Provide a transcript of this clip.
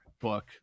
book